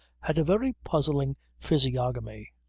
had a very puzzling physiognomy.